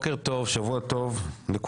בוקר טוב, שבוע טוב לכולם.